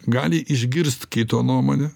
gali išgirst kito nuomonę